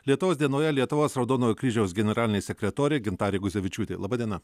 lietuvos dienoje lietuvos raudonojo kryžiaus generalinė sekretorė gintarė guzevičiūtė laba diena